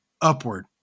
upward